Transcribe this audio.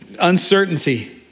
uncertainty